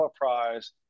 prize